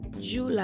July